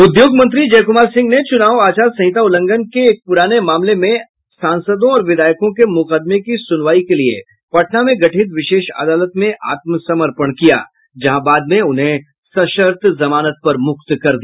उद्योग मंत्री जयकुमार सिंह ने चुनाव आचार संहिता उल्लंघन के एक पुराने मामले में सांसदों और विधायकों के मुकदमे की सुनवाई के लिए पटना में गठित विशेष अदालत में आत्मसमर्पण किया जहां बाद में उन्हें सशर्त जमानत पर मुक्त कर दिया